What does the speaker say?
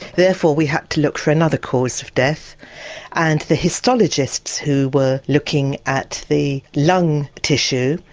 therefore we had to look for another cause of death and the histologists who were looking at the lung tissue.